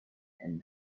and